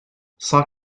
cent